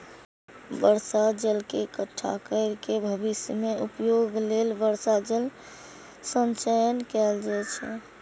बर्षा जल के इकट्ठा कैर के भविष्य मे उपयोग लेल वर्षा जल संचयन कैल जाइ छै